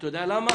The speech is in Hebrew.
אתה יודע למה?